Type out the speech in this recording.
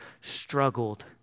struggled